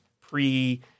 pre